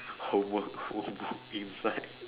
homework workbook inside